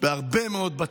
בהרבה מאוד בתים,